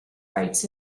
rights